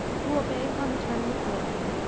who obey her maternal authority,